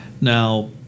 Now